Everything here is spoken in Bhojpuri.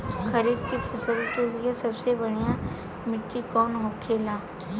खरीफ की फसल के लिए सबसे बढ़ियां मिट्टी कवन होखेला?